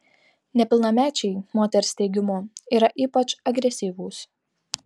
nepilnamečiai moters teigimu yra ypač agresyvūs